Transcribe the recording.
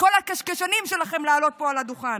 כל הקשקשנים שלכם להעלות פה על הדוכן.